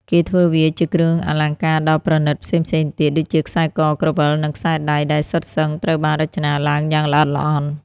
គេធ្វើវាជាគ្រឿងអលង្ការដ៏ប្រណិតផ្សេងៗទៀត ដូចជាខ្សែក ក្រវិល និងខ្សែដៃ ដែលសុទ្ធសឹងត្រូវបានរចនាឡើងយ៉ាងល្អិតល្អន់។